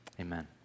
amen